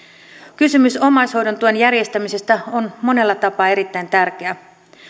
kysymys omaishoidon tuen järjestämisestä on monella tapaa erittäin tärkeä